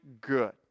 good